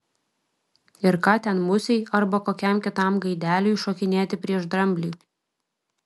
ir ką ten musei arba kokiam kitam gaideliui šokinėti prieš dramblį